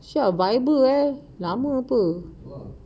[sial] Viber lama [pe]